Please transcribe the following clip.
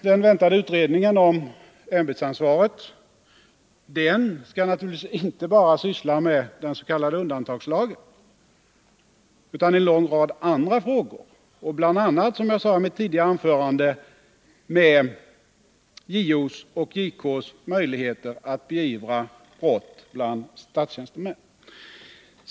Den väntade utredningen om ämbetsansvar skall naturligtvis inte bara syssla med den s.k. undantagslagen utan också med en lång rad andra frågor och bl.a., som jag sade i mitt tidigare anförande, med JO:s och JK:s möjligheter att beivra brott av statstjänstemän.